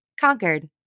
conquered